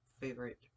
favorite